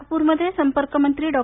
नागप्रमध्ये संपर्क मंत्री डॉ